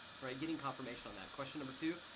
getting confirmation on that. question number two,